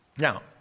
Now